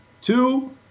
Two